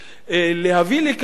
להביא לכך